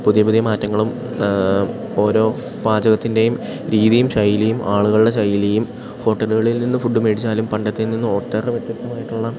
പുതിയ പുതിയ മാറ്റങ്ങളും ഓരോ പാചകത്തിൻ്റെയും രീതിയും ശൈലിയും ആളുകളുടെ ശൈലിയും ഹോട്ടലുകളിൽ നിന്ന് ഫുഡ് മേടിച്ചാലും പണ്ടത്തേ നിന്ന് ഒട്ടേറെ വ്യത്യസ്തമായിട്ടുള്ള